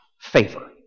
favor